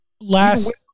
Last